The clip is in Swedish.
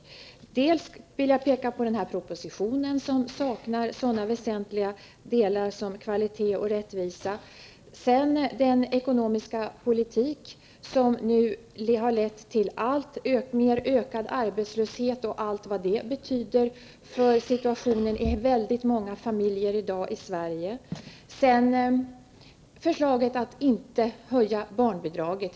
För det första vill jag peka på denna proposition, som saknar sådana väsentliga delar som kvalitet och rättvisa. För det andra vill jag peka på den ekonomiska politik som nu har lett till en alltmer ökad arbetslöshet och allt vad det betyder för situationen i väldigt många familjer i Sverige i dag. För det tredje vill jag peka på förslaget att inte höja barnbidraget.